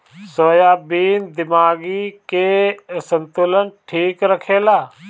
soybean दिमागी के संतुलन ठीक रखेला